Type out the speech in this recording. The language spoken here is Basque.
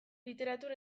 literatur